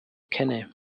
kenne